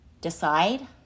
decide